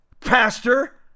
Pastor